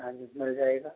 हाँ जी मिल जायेगा